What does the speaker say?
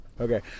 Okay